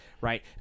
right